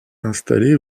installé